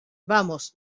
vamos